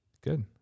good